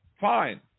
fine